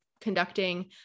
conducting